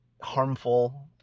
harmful